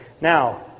Now